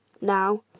Now